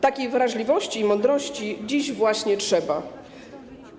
Takiej wrażliwości i mądrości dziś właśnie trzeba.